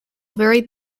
varied